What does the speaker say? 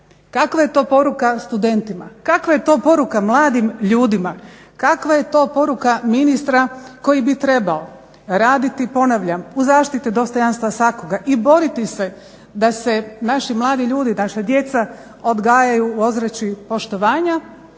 Kakav je to poruka studentima? Kakva je to poruka mladim ljudima? Kakva je to poruka ministra koji bi trebao raditi ponavljam u zaštiti dostojanstva svakoga i boriti se da se naši mladi ljudi, naša djeca odgajaju u ozračju poštovanja,